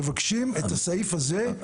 מבקשים את הסעיף הזה להוציא מהחוק.